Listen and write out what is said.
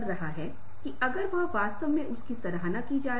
तो निकटता एक ऐसी चीज है जिसकी अनुमति दो लोगों द्वारा दी जाती है